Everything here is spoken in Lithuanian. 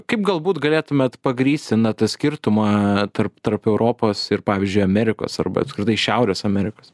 kaip galbūt galėtumėt pagrįsti na tą skirtumą tarp tarp europos ir pavyzdžiui amerikos arba apskritai šiaurės amerikos